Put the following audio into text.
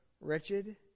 wretched